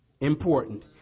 important